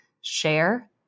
share